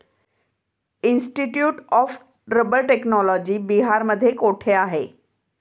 Institute of Rubber Technology बिहारमध्ये कोठे आहे?